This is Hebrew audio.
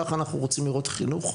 כך אנחנו רוצים לראות חינוך.